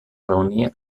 reunir